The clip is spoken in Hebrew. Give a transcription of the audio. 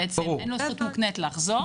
בעצם אין לו זכות מוקנית לחזור.